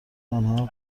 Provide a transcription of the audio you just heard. آنها